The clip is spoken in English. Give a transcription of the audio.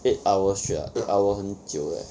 eight hours straight ah eight hour 很久 leh